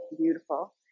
beautiful